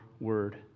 word